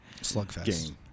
slugfest